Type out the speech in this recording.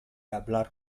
hablar